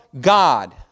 God